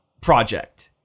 project